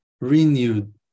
renewed